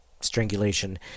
strangulation